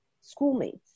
schoolmates